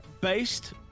based